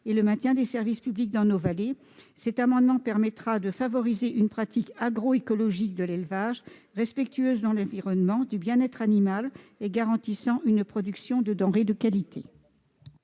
et le maintien des services publics dans nos vallées. L'adoption de cet amendement permettra également de favoriser une pratique agroécologique de l'élevage, respectueuse de l'environnement, du bien-être animal et garantissant une production de denrées de qualité.